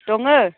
दङो